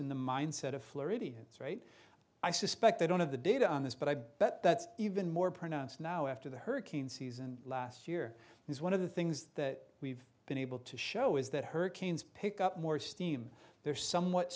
in the mindset of floridians right i suspect they don't have the data on this but i bet that's even more pronounced now after the hurricane season last year is one of the things that we've been able to show is that hurricanes pick up more steam they're somewhat